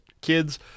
Kids